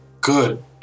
good